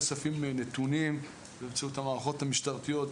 באמצעות המערכות המשטרתיות,